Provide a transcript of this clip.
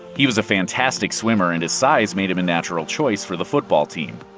he was a fantastic swimmer, and his size made him a natural choice for the football team.